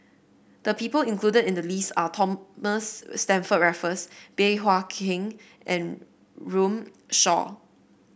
the people included in the list are Thomas Stamford Raffles Bey Hua Heng and Runme Shaw